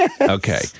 Okay